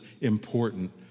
important